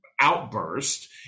outburst